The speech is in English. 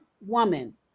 woman